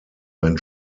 ein